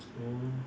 mm